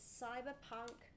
cyberpunk